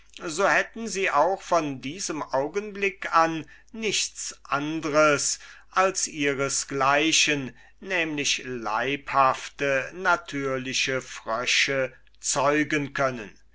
so hätten sie auch von solchem augenblick an nichts anders als ihres gleichen nämlich leibhafte natürliche frösche zeugen können